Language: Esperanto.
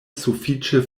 sufiĉe